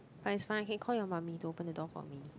but it's fine I can call your mummy to open the door for me